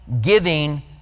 Giving